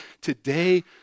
Today